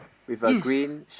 yes